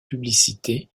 publicité